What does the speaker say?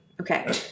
Okay